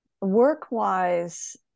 Work-wise